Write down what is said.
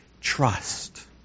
trust